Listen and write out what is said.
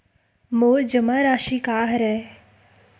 मोर जमा राशि का हरय?